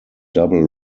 double